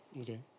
Okay